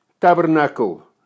tabernacle